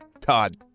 Todd